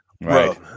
Right